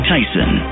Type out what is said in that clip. Tyson